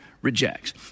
Rejects